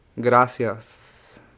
Gracias